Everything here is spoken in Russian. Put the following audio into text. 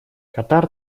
катар